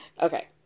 Okay